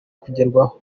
kugerwaho